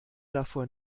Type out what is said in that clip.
davor